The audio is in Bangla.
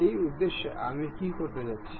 এই উদ্দেশ্যে আমি কি করতে যাচ্ছি